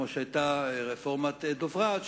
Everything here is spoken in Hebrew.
כמו שהיתה רפורמת דברת,